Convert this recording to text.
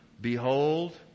Behold